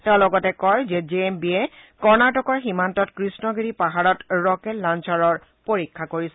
তেওঁ লগতে কয় যে জে এম বিয়ে কৰ্ণাটকৰ সীমান্তত কৃষ্ণগিৰি পাহাৰত ৰকেট লাঞ্চৰৰ পৰীক্ষা কৰিছে